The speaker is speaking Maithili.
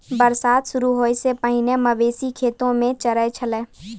बरसात शुरू होय सें पहिने मवेशी खेतो म चरय छलै